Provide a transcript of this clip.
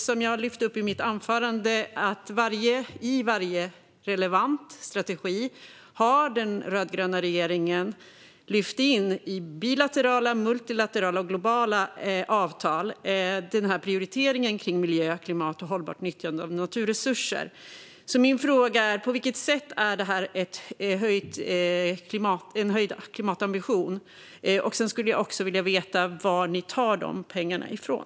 Som jag lyfte upp i mitt anförande har den rödgröna regeringen i varje relevant strategi lyft in den här prioriteringen kring miljö, klimat och hållbart nyttjande av naturresurser i bilaterala, multilaterala och globala avtal. Min fråga är: På vilket sätt är det här en höjd klimatambition? Jag skulle också vilja veta var ni tar de här pengarna ifrån.